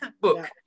book